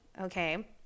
okay